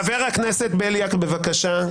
חבר הכנסת בליאק, בבקשה.